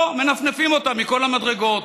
לא, מנפנפים אותם מכל המדרגות.